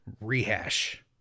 Rehash